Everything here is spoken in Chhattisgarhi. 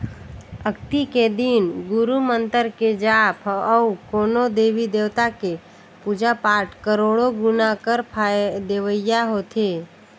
अक्ती के दिन गुरू मंतर के जाप अउ कोनो देवी देवता के पुजा पाठ करोड़ो गुना फर देवइया होथे